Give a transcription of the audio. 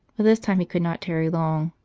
but this time he could not tarry long,